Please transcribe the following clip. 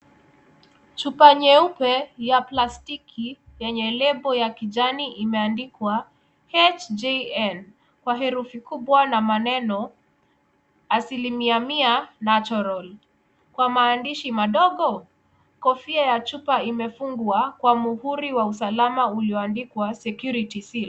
Chupa nyeupe ya plastiki yenye lebo ya kijani imeandikwa hjl kwerufu kubwa na maneno asilimia mia natural kwa kwa maandishi madogo. Kofia ya chupa imefungwa kwa muhuri wa usalama ulioandikwa security seal .